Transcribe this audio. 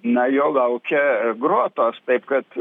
na jo laukia grotos taip kad